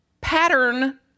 pattern